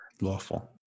Lawful